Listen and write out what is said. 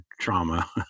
trauma